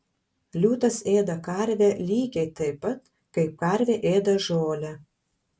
liūtas ėda karvę lygiai taip pat kaip karvė ėda žolę